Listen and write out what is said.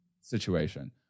situation